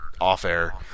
off-air